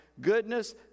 goodness